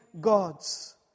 gods